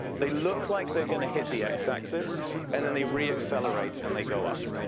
they look like they're going to hit the x-axis and then they re-accelerate and they go up.